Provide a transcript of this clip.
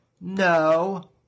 No